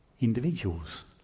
individuals